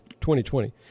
2020